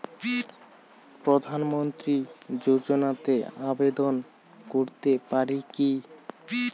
প্রধানমন্ত্রী যোজনাতে আবেদন করতে পারি কি?